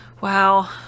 Wow